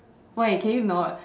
wait can you not